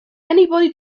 anybody